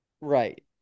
Right